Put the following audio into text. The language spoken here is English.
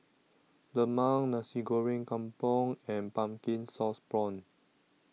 Lemang Nasi Goreng Kampung and Pumpkin Sauce Prawns